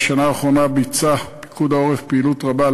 בשנה האחרונה ביצע פיקוד העורף פעילות רבה על